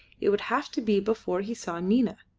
it would have to be before he saw nina.